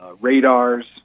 radars